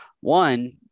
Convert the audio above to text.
one